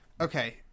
Okay